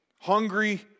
hungry